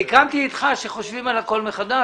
סיכמתי אתך שחושבים על הכול מחדש.